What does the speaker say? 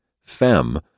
Fem